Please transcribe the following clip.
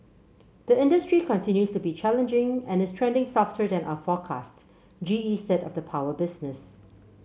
the industry continues to be challenging and is trending softer than our forecast G E said of the power business